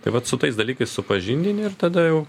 tai vat su tais dalykais supažindini ir tada jau